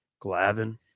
Glavin